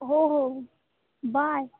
हो हो बाय